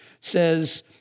says